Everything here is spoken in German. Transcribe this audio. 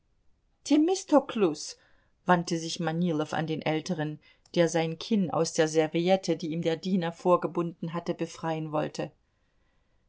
themistoklus wandte sich manilow an den älteren der sein kinn aus der serviette die ihm der diener vorgebunden hatte befreien wollte